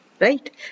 right